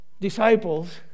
disciples